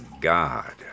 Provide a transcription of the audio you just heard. God